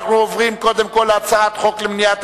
אנחנו עוברים קודם כול להצעת חוק למניעת